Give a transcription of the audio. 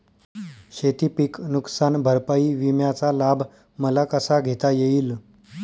शेतीपीक नुकसान भरपाई विम्याचा लाभ मला कसा घेता येईल?